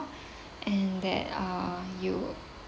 and that uh you